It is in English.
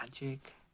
magic